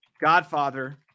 godfather